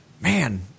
man